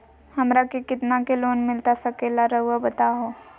हमरा के कितना के लोन मिलता सके ला रायुआ बताहो?